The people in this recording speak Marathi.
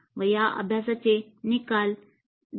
या अभ्यासाचे निकाल ta